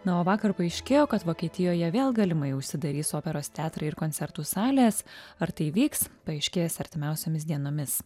na o vakar paaiškėjo kad vokietijoje vėl galimai užsidarys operos teatrai ir koncertų salės ar tai įvyks paaiškės artimiausiomis dienomis